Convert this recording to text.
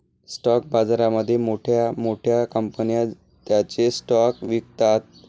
stock बाजारामध्ये मोठ्या मोठ्या कंपन्या त्यांचे स्टॉक्स विकतात